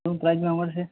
શું પ્રાઇસમાં મળશે